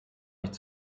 nicht